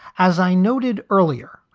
as i noted earlier,